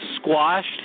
Squashed